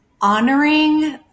honoring